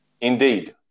Indeed